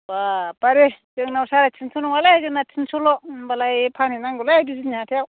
बा बारे जोंना साराइतिनस' नङा तिनस'ल' होमब्लालाय फानहैनांगौ बिजनि हाथाइआव